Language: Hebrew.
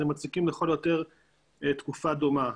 הם לכל היותר מצדיקים תקופה דומה.